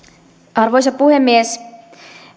arvoisa puhemies